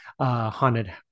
Haunted